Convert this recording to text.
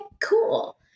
cool